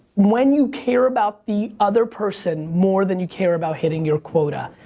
when you care about the other person more than you care about hitting your quota.